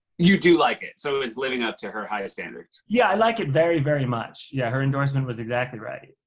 you do like it? so it's living up to her highest standards? yeah, i like it very, very much. yeah, her endorsement was exactly right.